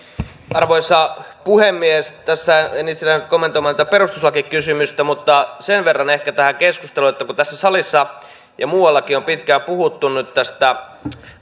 arvoisa puhemies tässä en itse lähde nyt kommentoimaan tätä perustuslakikysymystä mutta sen verran ehkä tähän keskusteluun että kun tässä salissa ja muuallakin on pitkään puhuttu tästä